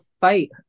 fight